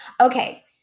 Okay